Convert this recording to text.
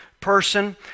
person